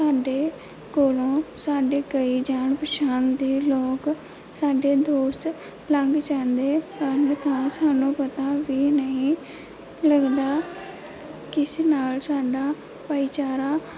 ਸਾਡੇ ਕੋਲੋਂ ਸਾਡੇ ਕਈ ਜਾਣ ਪਹਿਚਾਣ ਦੇ ਲੋਕ ਸਾਡੇ ਦੋਸਤ ਲੰਘ ਜਾਂਦੇ ਹਨ ਤਾਂ ਸਾਨੂੰ ਪਤਾ ਵੀ ਨਹੀਂ ਲੱਗਦਾ ਕਿਸ ਨਾਲ ਸਾਡਾ ਭਾਈਚਾਰਾ